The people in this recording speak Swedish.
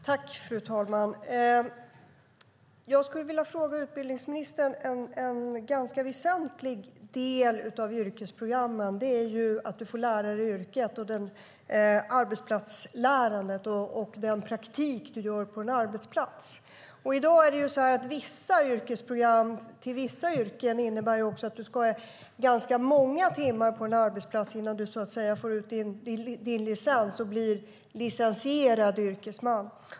Fru talman! Jag skulle vilja ställa en fråga till utbildningsministern. En ganska väsentlig del av yrkesprogrammen är att du får lära dig yrket med arbetsplatslärandet och den praktik du gör på en arbetsplats. I dag innebär vissa yrkesprogram till vissa yrken att du ska gå ganska många timmar på en arbetsplats innan du får ut din licens och blir licensierad yrkesman.